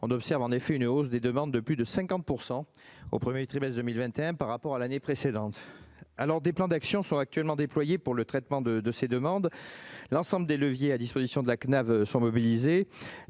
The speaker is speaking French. observé une hausse des demandes de plus de 50 % au premier semestre 2021 par rapport à l'année précédente. Des plans d'action sont actuellement déployés pour le traitement de ces demandes. L'ensemble des leviers à disposition de la CNAV sont mobilisés